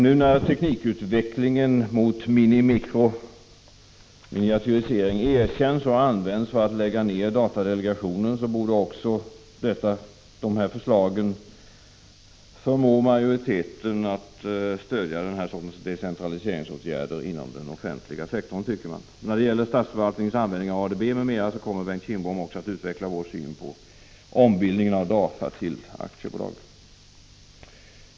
Nu när teknikutvecklingen mot minioch mikrominiatyrisering erkänns och används för att lägga ner datadelegationen, borde också de här förslagen förmå majoriteten att stödja den här sortens decentraliseringsåtgärder inom den offentliga sektorn, tycker man. När det gäller statsförvaltningens användning av ADB m.m. kommer Bengt Kindbom att utveckla vår syn på ombildningen av DAFA till ett aktiebolag.